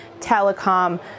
telecom